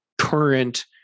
current